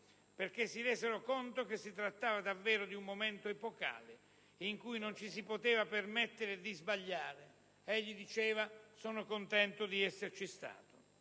perché si resero conto che si trattava davvero di un momento epocale, in cui non ci si poteva permettere di sbagliare. Egli diceva di essere contento di esserci stato.